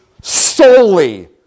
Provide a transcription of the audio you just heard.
solely